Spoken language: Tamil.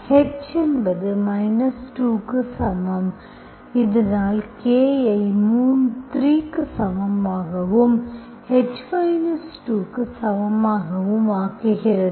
h என்பது 2 க்கு சமம் இதனால் k ஐ 3 க்கு சமமாகவும் h 2 க்கு சமமாகவும் ஆக்குகிறது